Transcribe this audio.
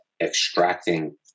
extracting